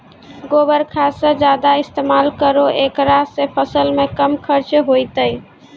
गोबर खाद के ज्यादा इस्तेमाल करौ ऐकरा से फसल मे कम खर्च होईतै?